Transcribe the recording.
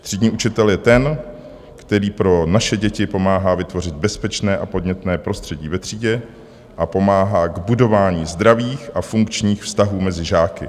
Třídní učitel je ten, který pro naše děti pomáhá vytvořit bezpečné a podnětné prostředí ve třídě a pomáhá k budování zdravých a funkčních vztahů mezi žáky.